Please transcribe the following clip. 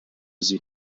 sie